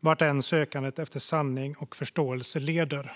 vart än sökandet efter sanning och förståelse leder.